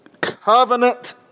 covenant